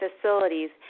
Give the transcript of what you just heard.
facilities